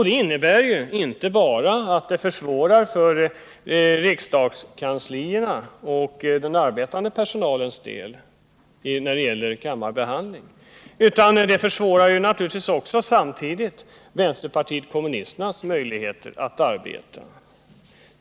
Det försvårar inte bara för riksdagskansliet och den arbetande personalen när det gäller kammarbehandlingen utan också samtidigt vänsterpartiet kommunisternas möjligheter att arbeta.